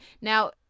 Now